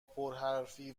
پرحرفی